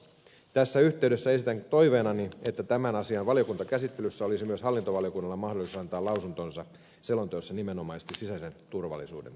tässä yhteydessä esitän toiveenani että tämän asian valiokuntakäsittelyssä olisi myös hallintovaliokunnalla mahdollisuus antaa lausuntonsa selonteossa nimenomaisesti sisäisen turvallisuuden osalta